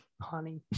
honey